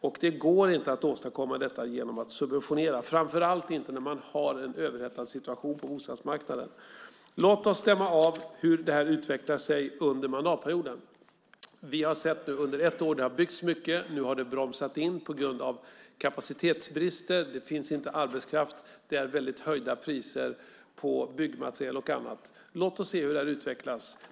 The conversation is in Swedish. Och det går inte att åstadkomma detta genom att subventionera, framför allt inte när man har en överhettad situation på bostadsmarknaden. Låt oss stämma av hur det här utvecklar sig under mandatperioden. Vi har sett hur det under ett år har byggts mycket. Nu har det skett en inbromsning på grund av kapacitetsbrist. Det finns inte arbetskraft. Det är mycket höjda priser på byggmateriel och annat. Låt oss se hur det här utvecklas.